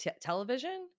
television